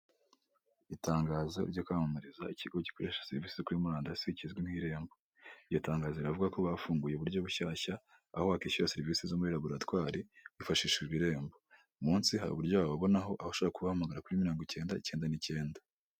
Itangazo ryo kwamamariza ikigo gikoresha serivisi kuri murandasi kizwi nk'irembo iryo tangazo rivuga ko bafunguye uburyo bushyashya aho bakwishyura serivisi zo muri laboratwari bifashisha mu ibirembo, umunsi hari uburyo wabona aho wabashaka guhamagara kuri mirongo ikenda icyenda n'ikenda